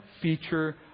feature